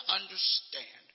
understand